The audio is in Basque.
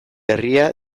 herria